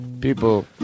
people